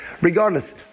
regardless